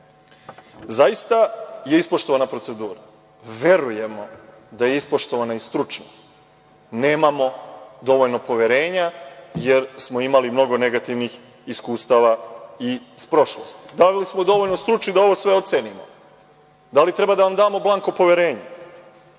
Zaista je ispoštovana procedura. Verujemo da je ispoštovana i stručnost, nemamo dovoljno poverenja jer smo imali mnogo negativnih iskustava iz prošlosti. Da li smo dovoljno stručni da sve ovo ocenimo, da li treba da vam damo blanko poverenje,